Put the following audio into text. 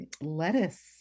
lettuce